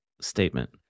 statement